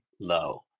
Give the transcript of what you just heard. low